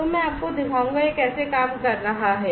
तो मैं आपको दिखाऊंगा कि यह कैसे काम कर रहा है